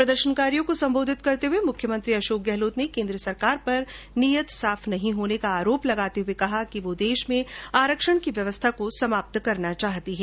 प्रदर्शनकारियों को संबोधित करते हुए मुख्यमंत्री अशोक गहलोत ने केन्द्र सरकार पर नीयत साफ नहीं होने का आरोप लगाते हुए कहा कि वो देश में आरक्षण की व्यवस्था को समाप्त करना चाहती है